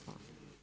Hvala.